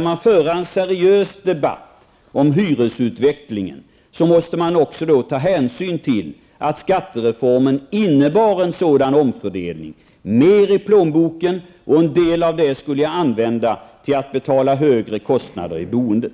Om man skall föra en seriös debatt om hyresutvecklingen, måste man också ta hänsyn till att skattereformen medförde en sådan omfördelning, dvs. mer i plånboken varav en del skulle användas för att betala högre boendekostnader.